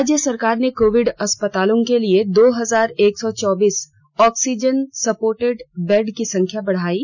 राज्य सरकार ने कोविड अस्पतालों के लिए दो हजार एक सौ चौबीस ऑक्सीजन सपोर्टेड बेड की संख्या बढ़ायी